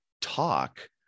talk